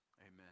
Amen